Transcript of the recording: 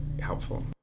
helpful